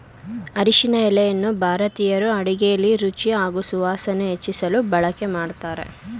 ಅರಿಶಿನ ಎಲೆಯನ್ನು ಭಾರತೀಯರು ಅಡುಗೆಲಿ ರುಚಿ ಹಾಗೂ ಸುವಾಸನೆ ಹೆಚ್ಚಿಸಲು ಬಳಕೆ ಮಾಡ್ತಾರೆ